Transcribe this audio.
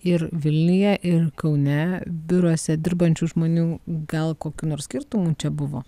ir vilniuje ir kaune biuruose dirbančių žmonių gal kokių nors skirtumų čia buvo